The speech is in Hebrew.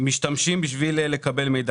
משתמשים בשביל לקבל מידע.